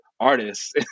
Artists